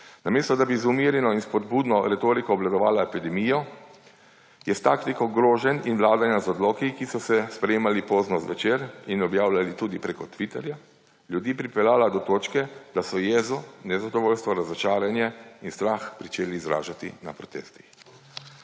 Namesto, da bi z umirjeno in spodbudno retoriko obvladovala epidemijo, je s taktiko groženj in vladanja z odloki, ki so se sprejemali pozno zvečer in objavljali tudi preko Twitterja, ljudi pripeljala do točke, da so jezo, nezadovoljstvo, razočaranje in strah pričeli izražati na protestih.